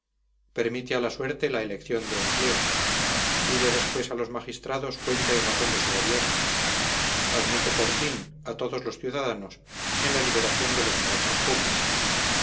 permite a la suerte la elección de empleos pide después a los magistrados cuenta y razón de su gobierno admite por fin a todos los ciudadanos en la liberación de los negocios públicos